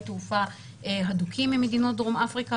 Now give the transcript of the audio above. תעופה הדוקים עם מדינות דרום אפריקה,